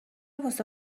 واسه